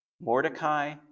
Mordecai